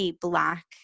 Black